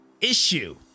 issue